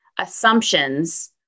assumptions